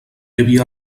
havia